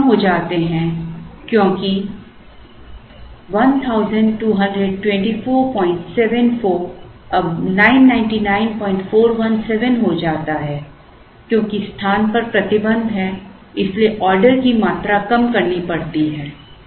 वे कम हो जाते हैं क्योंकि Refer Slide Time 2848 122474 अब 999417 हो जाता है क्योंकि स्थान पर प्रतिबंध है इसलिए ऑर्डर की मात्रा कम करनी पड़ती है